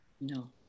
No